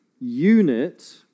unit